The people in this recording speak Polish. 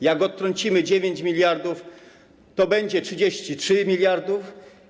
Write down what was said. Jak potrącimy 9 mld, to będą 33 mld.